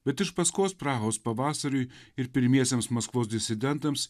bet iš paskos prahos pavasariui ir pirmiesiems maskvos disidentams